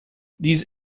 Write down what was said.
these